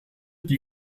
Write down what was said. die